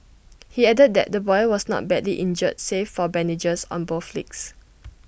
he added that the boy was not badly injured save for bandages on both legs